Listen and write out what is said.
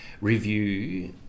review